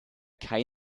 keine